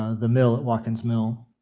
and mill at watkin's mill.